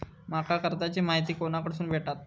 माका कर्जाची माहिती कोणाकडसून भेटात?